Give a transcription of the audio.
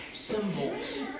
Symbols